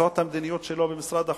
וזאת המדיניות שלו במשרד החוץ: